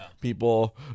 People